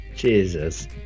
Jesus